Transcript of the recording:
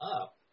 up